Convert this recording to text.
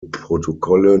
protokolle